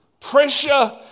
Pressure